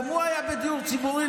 גם הוא היה בדיור ציבורי,